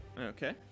Okay